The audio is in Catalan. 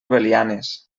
belianes